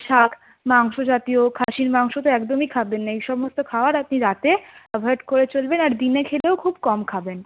শাক মাংসজাতীয় খাসির মাংস তো একদমই খাবেন না এইসমস্ত খাওয়ার আপনি রাতে অ্যাভয়েড করে চলবেন আর দিনে খেলেও খুব কম খাবেন